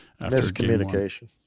Miscommunication